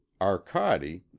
Arcadi